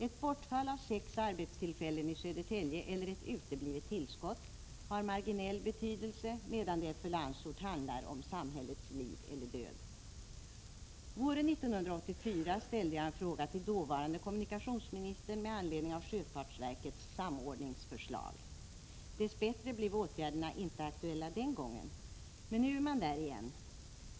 Ett bortfall av sex arbetstillfällen i Södertälje — eller ett uteblivet tillskott — har marginell betydelse, medan det för Landsort handlar om samhällets liv eller död. Våren 1984 ställde jag en fråga till dåvarande kommunikationsministern med anledning av sjöfartsverkets samordningsförslag. Dess bättre blev åtgärderna inte aktuella den gången. Men nu är man där igen.